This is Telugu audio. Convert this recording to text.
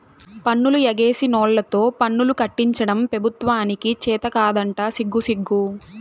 పన్నులు ఎగేసినోల్లతో పన్నులు కట్టించడం పెబుత్వానికి చేతకాదంట సిగ్గుసిగ్గు